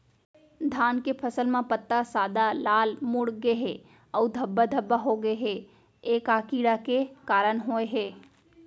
धान के फसल म पत्ता सादा, लाल, मुड़ गे हे अऊ धब्बा धब्बा होगे हे, ए का कीड़ा के कारण होय हे?